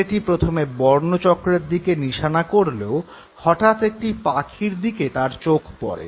ছেলেটি প্রথমে বর্ণচক্রের দিকে নিশানা করলেও হঠাৎ একটি পাখির দিকে তার চোখ পড়ে